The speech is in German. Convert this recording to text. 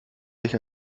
sich